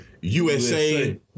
USA